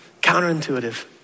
counterintuitive